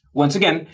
once again,